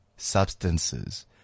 Substances